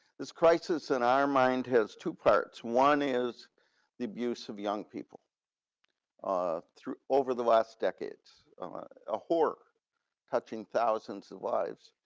this crisis in our mind has two parts. one is the abuse of young people through, over the last decades, a ho-re touching thousands of lives.